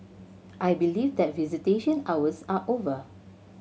I believe that visitation hours are over